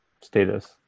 status